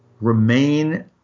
remain